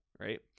right